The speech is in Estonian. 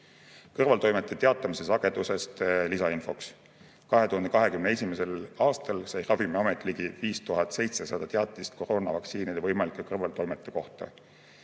Kõrvaltoimete teatamise sageduse kohta ka lisainfoks. 2021. aastal sai Ravimiamet ligi 5700 teatist koroonavaktsiinide võimalike kõrvaltoimete kohta.